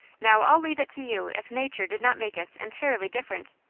now i'll leave it to you if nature did not make us entirely different?